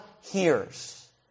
hears